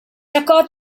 occurred